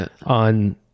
on